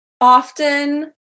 often